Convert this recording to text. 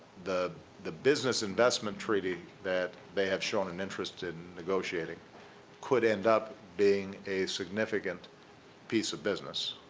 the the business investment treaty that they have shown an interest in negotiating could end up being a significant piece of business.